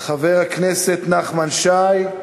חבר הכנסת נחמן שי,